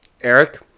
Eric